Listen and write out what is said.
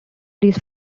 these